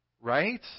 Right